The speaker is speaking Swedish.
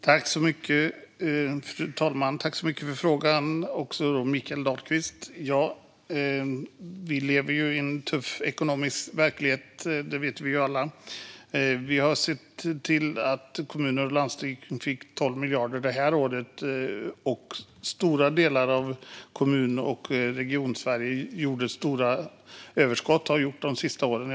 Fru talman! Jag tackar Mikael Dahlqvist för frågan. Alla vet att vi lever i en tuff ekonomisk verklighet. Vi har sett till att kommuner och landsting har fått 12 miljarder det här året. Stora delar av Kommun och Regionsverige har haft stora överskott de senaste åren.